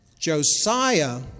Josiah